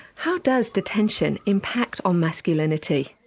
how does detention impact on masculinity?